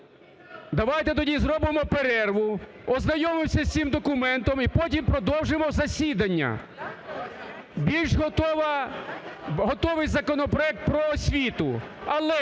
Давайте тоді зробимо перерву, ознайомимося з цим документом і потім продовжимо засідання. Більш готовий законопроект про освіту.